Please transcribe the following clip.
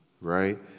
right